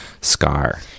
scar